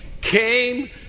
came